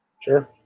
Sure